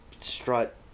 strut